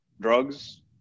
drugs